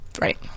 Right